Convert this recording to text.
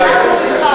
אנחנו אתך.